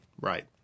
Right